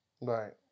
Right